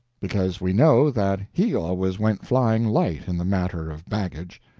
because we know that he always went flying light in the matter of baggage.